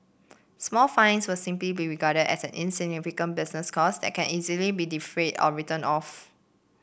small fines would simply be regarded as an insignificant business cost that can easily be defrayed or written off